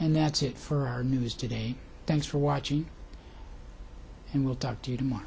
and that's it for our news today thanks for watching and we'll talk to you to